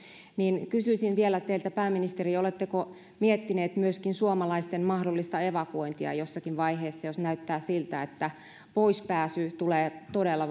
kysyisin vielä teiltä pääministeri oletteko miettinyt myöskin suomalaisten mahdollista evakuointia jossakin vaiheessa jos näyttää siltä että poispääsy tulee todella